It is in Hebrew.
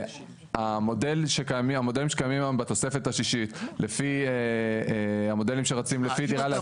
המודלים שקיימים היום בתוספת השישית לפי המודלים שרצים לפי דירה להשכיר.